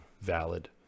valid